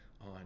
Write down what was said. on